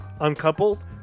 uncoupled